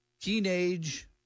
teenage